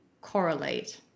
correlate